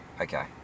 Okay